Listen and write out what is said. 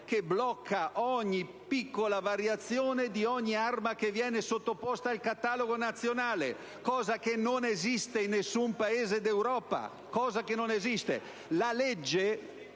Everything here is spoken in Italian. che blocca ogni piccola variazione di ogni arma sottoposta al catalogo nazionale, fatto che non esiste in nessun Paese d'Europa.